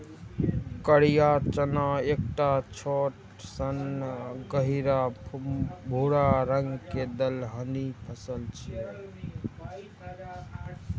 करिया चना एकटा छोट सन गहींर भूरा रंग के दलहनी फसल छियै